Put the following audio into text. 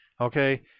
okay